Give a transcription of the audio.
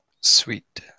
Sweet